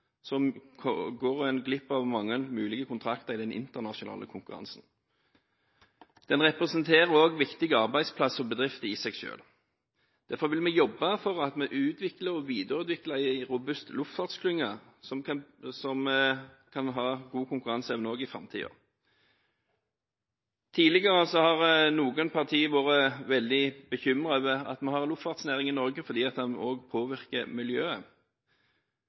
går en glipp av mange mulige kontrakter i den internasjonale konkurransen. Næringen representerer også viktige arbeidsplasser og bedrifter i seg selv. Derfor vil vi jobbe for at vi utvikler og videreutvikler en robust luftfartsklynge som kan ha god konkurranseevne også i framtiden. Tidligere har noen partier vært veldig bekymret over at vi har en luftfartsnæring i Norge, fordi den også påvirker miljøet.